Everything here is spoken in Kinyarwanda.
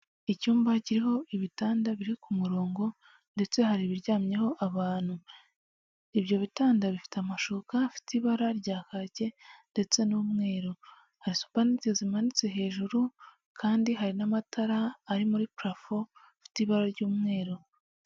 Icyumba kiriho ibitanda biri ku murongo ndetse hari ibiryamyeho abantu, ibyo bitanda bifite amashuka afite ibara rya kake ndetse n'umweru hari supaneti, hejuru kandi hari n'amatara ari muri parafo afite ibara ry'umweru.